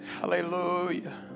Hallelujah